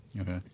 okay